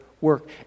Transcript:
work